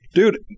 Dude